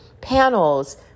panels